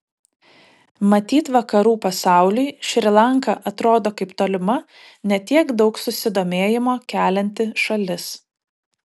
matyt vakarų pasauliui šri lanka atrodo kaip tolima ne tiek daug susidomėjimo kelianti šalis